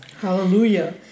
Hallelujah